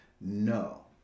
No